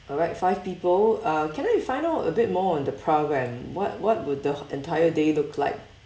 alright five people uh can I find out a bit more on the program what what will the entire day look like